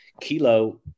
Kilo